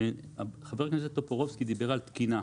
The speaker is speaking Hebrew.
חבר הכנסת טופורובסקי דיבר על תקינה,